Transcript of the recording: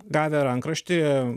gavę rankraštį